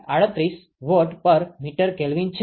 138 WmK છે